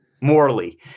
morally